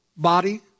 body